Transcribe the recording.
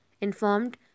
informed